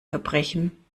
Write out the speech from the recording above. verbrechen